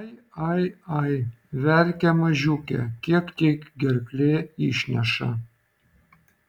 ai ai ai verkia mažiukė kiek tik gerklė išneša